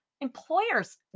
Employers